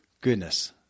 goodness